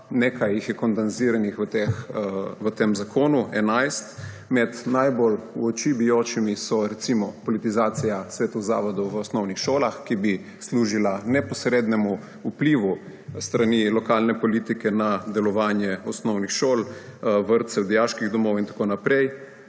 nekaj jih je kondenziranih v tem zakonu, 11. Med najbolj v oči bijočimi so recimo politizacija svetov zavodov v osnovnih šolah, ki bi služila neposrednemu vplivu s strani lokalne politike na delovanje osnovnih šol, vrtcev, dijaških domov in tako naprej.